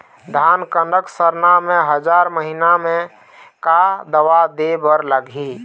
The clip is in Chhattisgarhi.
धान कनक सरना मे हजार महीना मे का दवा दे बर लगही?